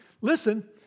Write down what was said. listen